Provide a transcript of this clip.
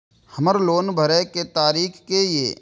हमर लोन भरए के तारीख की ये?